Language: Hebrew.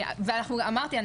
ואמרתי,